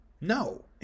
no